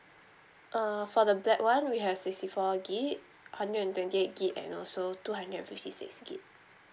err for the black [one] we have sixty four gig hundred and twenty eight gig and also two hundred and fifty six gig